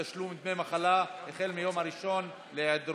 תשלום דמי מחלה החל מהיום הראשון להיעדרות),